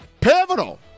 Pivotal